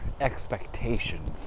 expectations